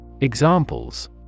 Examples